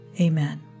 Amen